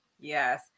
Yes